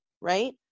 right